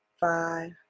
five